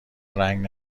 رنگ